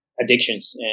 addictions